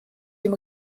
dem